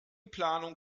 planung